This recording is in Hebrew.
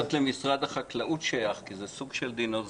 זה צריך להיות שייך למשרד החקלאות כי זה סוג של דינוזאור.